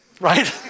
right